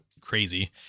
crazy